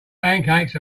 pancakes